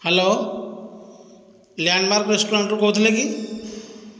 hello Landmark ରେଷ୍ଟୁରାଣ୍ଟରୁ କହୁଥିଲେ କି